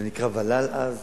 זה נקרא ול"ל אז.